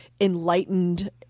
enlightened